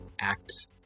act